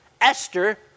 Esther